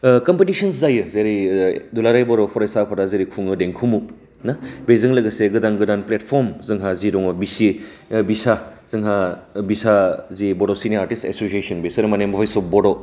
competition जायो जेरै दुलाराय बर' फरायसा आफादा जेरै खुङो देंखोमु ना बेजों लोगोसे गोदान गोदान फ्लेटफर्म जोंहा जि दं बिसि बिसा जोंहा बिसा जि बड' सिनिमा आर्टिस एस'सिशन बेसोर माने बड'